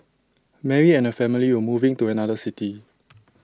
Mary and her family were moving to another city